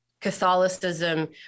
Catholicism